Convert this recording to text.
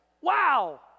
wow